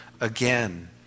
again